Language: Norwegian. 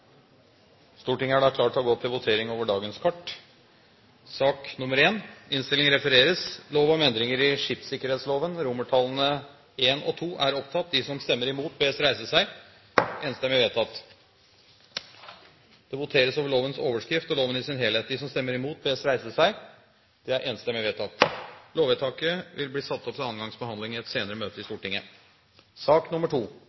Stortinget klar til å gå til votering. Det voteres over lovens overskrift og loven i sin helhet. Lovvedtaket vil bli ført opp til andre gangs behandling i et senere møte i